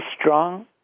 strong